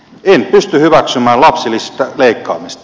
en pysty hyväksymään lapsilisistä leikkaamista